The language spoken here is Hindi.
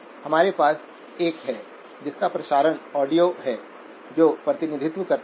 सबसे पहले यह VDS0 VGS0 क्या है